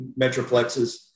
Metroplexes